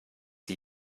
die